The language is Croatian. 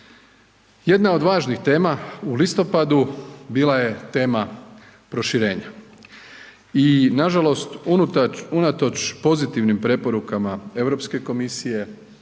Jedna od važnih tema u listopadu bila je tema proširenja i nažalost unatoč pozitivnim preporukama Europske komisije,